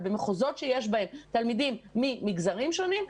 במחוזות שיש בהם תלמידים ממגזרים שונים,